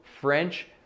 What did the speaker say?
French